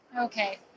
Okay